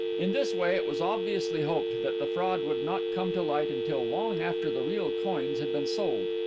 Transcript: in this way it was obviously hoped that the fraud would not come to light until long after the real coins had been sold,